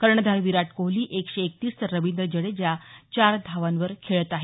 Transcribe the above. कर्णधार विराट कोहली एकशे एकतीस तर रवींद्र जडेजा चार धावांवर खेळत आहे